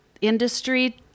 industry